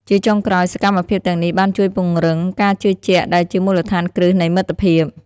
ជាចុងក្រោយ សកម្មភាពទាំងនេះបានជួយពង្រឹងការជឿជាក់ដែលជាមូលដ្ឋានគ្រឹះនៃមិត្តភាព។